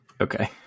Okay